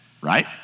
right